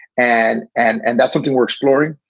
and and and that's something we're exploring.